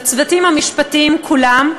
לצוותים המשפטיים כולם,